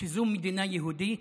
שזו מדינה יהודית,